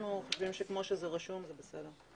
אנחנו חושבים שכמו שזה רשום, זה בסדר.